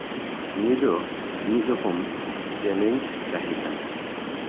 ᱱᱤᱭᱟᱹ ᱫᱚ ᱢᱤᱫ ᱨᱚᱠᱚᱢ ᱪᱮᱞᱮᱧᱡᱽ ᱛᱟᱦᱮᱸ ᱠᱟᱱᱟ